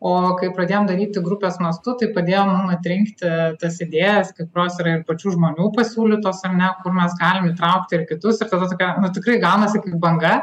o kai pradėjom daryti grupės mastu tai padėjom atrinkti tas idėjas kai kurios yra ir pačių žmonių pasiūlytos ar ne kur mes galim įtraukti ir kitus ir tada tokia tikrai gaunasi kaip banga